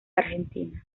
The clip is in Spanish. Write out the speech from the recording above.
argentina